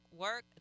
work